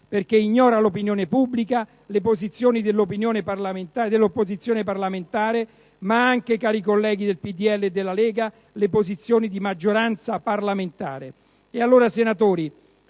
perché ignora l'opinione pubblica, le posizioni dell'opposizione parlamentare, ma anche - cari colleghi del PdL e della Lega - le posizioni della maggioranza parlamentare. E allora, senatori,